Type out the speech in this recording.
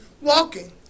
walking